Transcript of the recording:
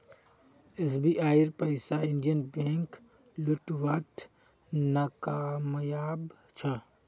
एसबीआईर पैसा Indian bank लौटव्वात नाकामयाब छ